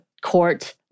court